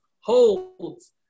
holds